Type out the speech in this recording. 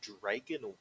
dragon